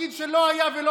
תפקיד שלא היה ולא